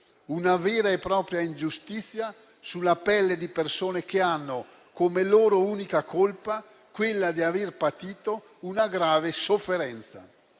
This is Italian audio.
una vera e propria ingiustizia, sulla pelle di persone che hanno come unica colpa quella di aver patito una grave sofferenza.